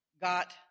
got